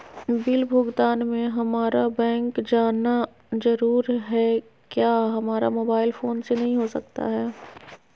Bill भुगतान में हम्मारा बैंक जाना जरूर है क्या हमारा मोबाइल फोन से नहीं हो सकता है?